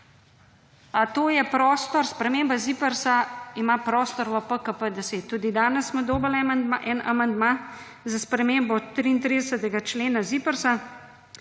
A to je prostor, sprememba ZIPRS-a ima prostor v PKP10? Tudi danes smo dobili en amandma za spremembo 33. člena ZIPRS-a,